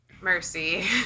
Mercy